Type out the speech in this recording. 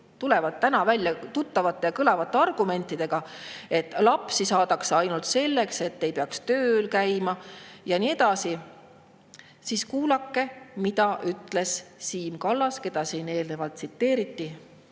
tulevad täna välja tuttavate ja kõlavate argumentidega, et lapsi saadakse ainult selleks, et ei peaks tööl käima ja nii edasi, siis kuulake, mida ütles Siim Kallas, keda siin eelnevalt tsiteeriti